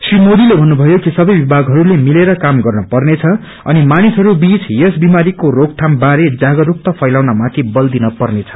श्री मोदीले भन्नुभयो कि सबै विभागहरूले मिलेर काम गर्न पर्नेछ अनि मानिसह बीच यस बिमारीको रोकथामको बारेमा जागरूकता फैलाउन माथि बल दिन पर्नेछ